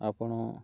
ଆପଣ